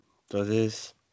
Entonces